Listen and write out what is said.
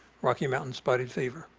rocky mountain spotted fever.